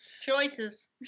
choices